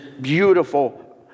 beautiful